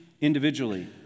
Individually